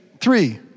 three